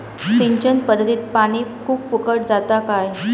सिंचन पध्दतीत पानी खूप फुकट जाता काय?